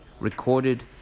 recorded